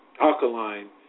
alkaline